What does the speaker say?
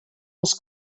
els